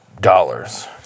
dollars